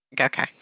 Okay